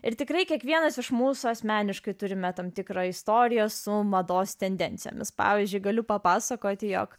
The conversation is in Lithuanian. ir tikrai kiekvienas iš mūsų asmeniškai turime tam tikrą istorijos su mados tendencijomis pavyzdžiui galiu papasakoti jog